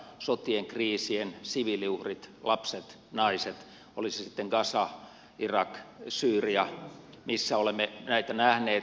sotien kriisien siviiliuhrit lapset naiset oli se sitten gaza irak syyria missä olemme näitä nähneet